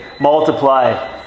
multiply